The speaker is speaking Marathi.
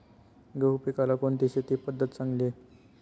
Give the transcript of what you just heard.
गहू पिकाला कोणती शेती पद्धत चांगली?